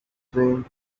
dreams